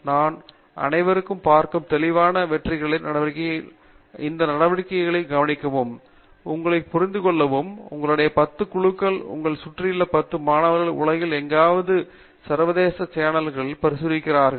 நாம் அனைவரும் பார்க்கும் தெளிவான வெற்றிக்கான நடவடிக்கையாகும் அந்த நடவடிக்கைகளை கவனிக்கவும் உங்களைப் புரிந்து கொள்ளவும் உங்களுடைய 10 குழுக்கள் உங்களைச் சுற்றியுள்ள 10 மாணவர்களை உலகில் எங்காவது இருந்து சர்வதேச சேனல்களில் பிரசுரிக்கிறார்கள்